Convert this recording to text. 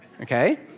okay